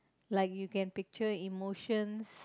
like you can picture emotions